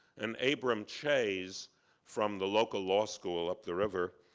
and abram chayes from the local law school up the river,